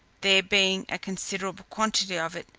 there being a considerable quantity of it,